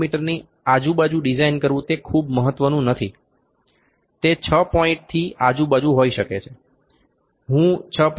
mini આજુબાજુ design કરવું તે ખૂબ મહત્વનું નથી તે 6 પોઇન્ટથી આજુબાજુ હોઈ શકે છે હું 6